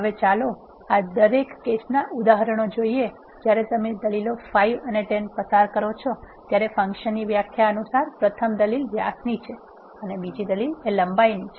હવે ચાલો આ દરેક કેસનાં ઉદાહરણો જોઈએ જ્યારે તમે દલીલો 5 અને 10 પસાર કરો છો ત્યારે ફંક્શનની વ્યાખ્યા અનુસાર પ્રથમ દલીલ વ્યાસની છે અને બીજી દલીલ લંબાઈ છે